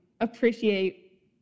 appreciate